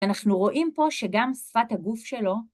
אנחנו רואים פה שגם שפת הגוף שלו...